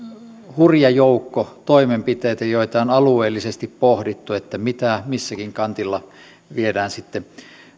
hurja joukko toimenpiteitä joita on alueellisesti pohdittu mitä milläkin kantilla viedään sitten